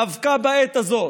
דווקא בעת הזאת,